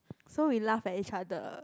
so we laugh at each other